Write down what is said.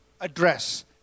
address